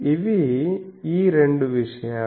ఇవి ఈ రెండు విషయాలు